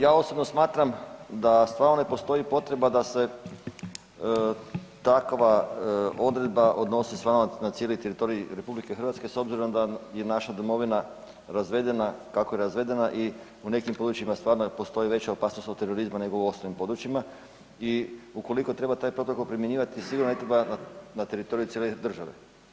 Ja osobno smatram da stvarno ne postoji potreba da se takva odredba odnosi stvarno na cijeli teritorij RH s obzirom je naša domovina razvedena kako je razvedena i u nekim područjima stvarno postoji veća opasnost od terorizma nego u ostalim područjima i ukoliko treba taj Protokol primjenjivati, sigurno ne treba na teritoriju cijele države.